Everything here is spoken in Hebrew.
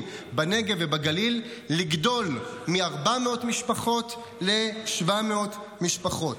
בנגב ובגליל לגדול מ-400 משפחות ל-700 משפחות.